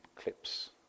clips